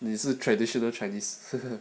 你是 traditional chinese